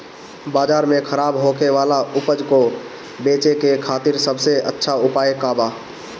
बाजार में खराब होखे वाला उपज को बेचे के खातिर सबसे अच्छा उपाय का बा?